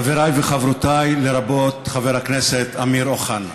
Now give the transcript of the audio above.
חבריי וחברותיי, לרבות חבר הכנסת אמיר אוחנה,